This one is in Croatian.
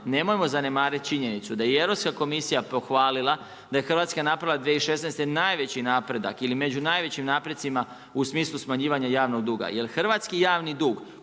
nemojmo zanemariti činjenicu da je i Europska komisija pohvalila da je Hrvatska napravila 2016. najveći napredak ili među najvećim naprecima u smislu smanjivanja javnog duga, jel hrvatski javni dug